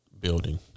building